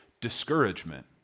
discouragement